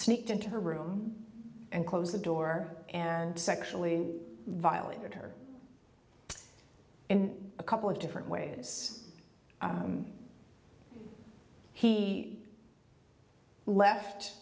sneaked into her room and closed the door and sexually violated her in a couple of different ways he left